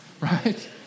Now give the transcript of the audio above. Right